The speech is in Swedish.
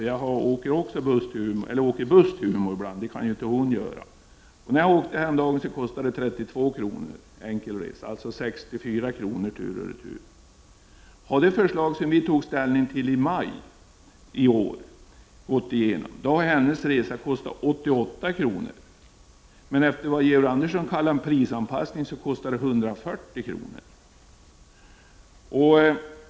Jag åker buss till Umeå ibland. Det kan ju inte hon göra. När jag åkte häromdagen kostade det 32 kr. enkel resa, alltså 64 kr. tur och retur. Hade det förslag som riksdagen tog ställning till i maj i år gått igenom, hade hennes resa kostat 88 kr., men efter vad Georg Andersson kallar för en prisanpassning kostar den 140 kr.